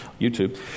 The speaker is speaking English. YouTube